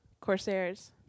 Corsairs